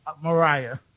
Mariah